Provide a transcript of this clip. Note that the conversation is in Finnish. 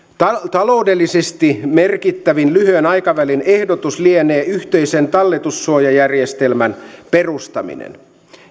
taloudellisesti merkittävin lyhyen aikavälin ehdotus lienee yhteisen talletussuojajärjestelmän perustaminen